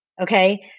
Okay